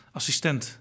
assistent